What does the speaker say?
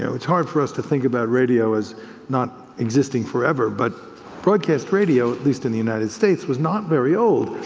it's hard for us to think about radio as not existing forever, but broadcast radio, at least in the united states, was not very old,